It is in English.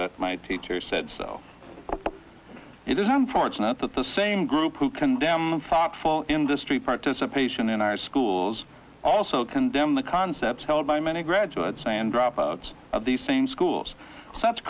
my teacher said so it is unfortunate that the same group who condemn thoughtful industry participation in our schools also condemn the concepts held by many graduates and drop out of the same schools